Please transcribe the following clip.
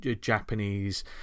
Japanese